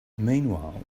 meanwhile